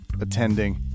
attending